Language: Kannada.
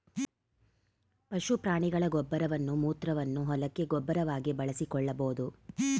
ಪಶು ಪ್ರಾಣಿಗಳ ಗೊಬ್ಬರವನ್ನು ಮೂತ್ರವನ್ನು ಹೊಲಕ್ಕೆ ಗೊಬ್ಬರವಾಗಿ ಬಳಸಿಕೊಳ್ಳಬೋದು